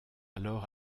alors